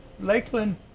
Lakeland